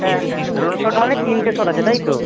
হ্যাঁ হ্যাঁ drone shot মানে তিনটে শট আছে তাই তো